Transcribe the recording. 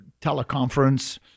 teleconference